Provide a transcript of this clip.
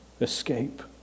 escape